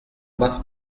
más